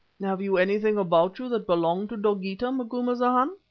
have you anything about you that belonged to dogeetah, macumazana?